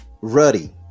ruddy